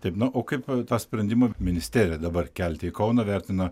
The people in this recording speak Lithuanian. taip nu o kaip tą sprendimą ministeriją dabar kelti į kauną vertina